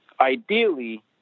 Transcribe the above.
ideally